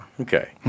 Okay